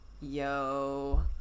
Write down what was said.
Yo